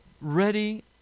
ready